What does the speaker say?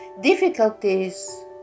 Difficulties